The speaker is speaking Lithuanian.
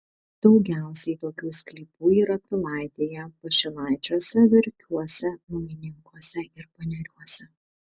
daugiausiai tokių sklypų yra pilaitėje pašilaičiuose verkiuose naujininkuose ir paneriuose